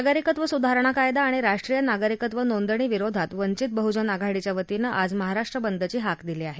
नागरिकत्व सुधारणा कायदा आणि राष्ट्रीय नागरिकत्व नोंदणी विरोधात वंचित बहुजन आघाडीच्या वतीनं आज महाराष्ट्र बंदची हाक दिली आहे